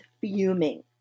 fuming